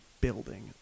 building